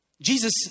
Jesus